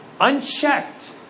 unchecked